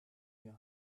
your